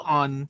on